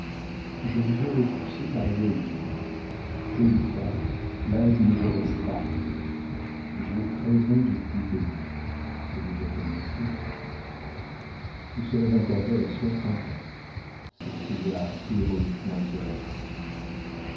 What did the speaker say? je vous ai repoussé par égoïsme tôt ou tard l'âge nous aurait séparés j'ai treize ans de plus que lui c'est déjà bien assez vous serez encore belle à soixante ans s'écria héroïquement